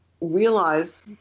realize